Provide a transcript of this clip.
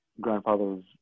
grandfather's